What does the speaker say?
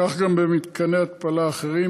כך גם במתקני התפלה אחרים,